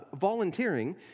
volunteering